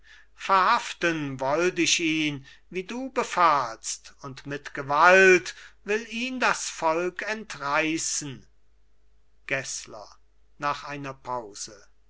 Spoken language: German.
verhaften wollt ich ihn wie du befahlst und mit gewalt will ihn das volk entreissen gessler nach einer pause